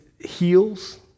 heals